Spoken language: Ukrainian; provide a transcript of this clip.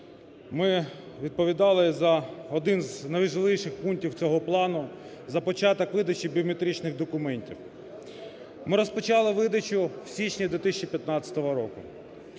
Ми відповідали за один з найважливіших пунктів цього плану – за початок видачі біометричних документів, ми розпочали видачу в січні 2015 року.